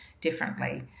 differently